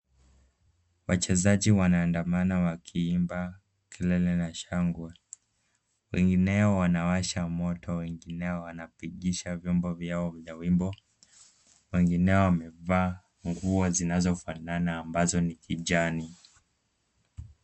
Wachezaji wanaandamana wakiimba kelele na shangwe. Wengineo wanawasha moto, wengineo wanapigisha vyombo vyao vyenye wimbo. Wengineo wamevaa nguo zinazofanana ambazo ni kijani.